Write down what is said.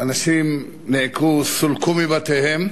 אנשים נעקרו, סולקו מבתיהם,